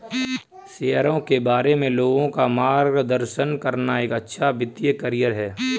शेयरों के बारे में लोगों का मार्गदर्शन करना एक अच्छा वित्तीय करियर है